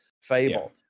Fable